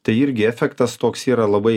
tai irgi efektas toks yra labai